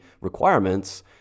requirements